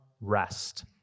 rest